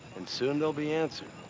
and soon they'll be answered.